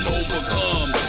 overcome